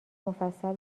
مفصل